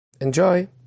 Enjoy